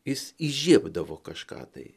jis įžiebdavo kažką tai